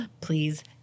Please